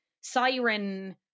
Siren